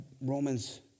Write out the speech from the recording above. Romans